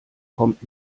kommt